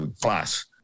class